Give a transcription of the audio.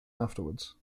afterwards